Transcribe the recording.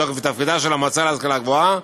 בתוקף תפקידה של המועצה להשכלה גבוהה,